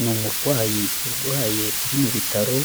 Ni umurwayi urwaye uri mu bitaro,